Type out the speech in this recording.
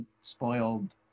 spoiled